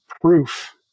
proof